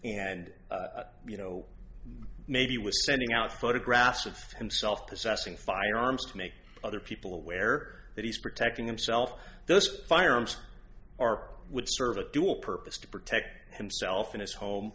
and you know maybe was sending out photographs of himself possessing firearms to make other people aware that he's protecting himself those firearms are would serve a dual purpose to protect himself in his home